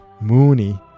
Mooney